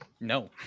No